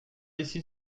ici